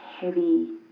heavy